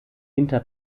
hinter